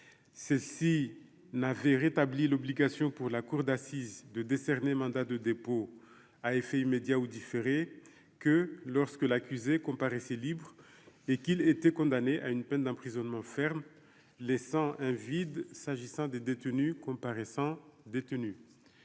ceci n'avait rétabli l'obligation pour la cour d'assises de décerner mandat de dépôt à effet immédiat ou différé que lorsque l'accusé comparaissait libre et qu'il était condamné à une peine d'emprisonnement ferme, laissant un vide s'agissant des détenus comparaissant détenus